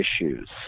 issues